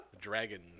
dragon